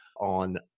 on